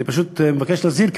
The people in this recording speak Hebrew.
אני פשוט מבקש להזהיר,